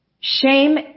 shame